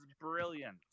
brilliant